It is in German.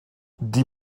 die